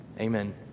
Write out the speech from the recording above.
Amen